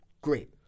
Great